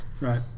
Right